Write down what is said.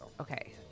okay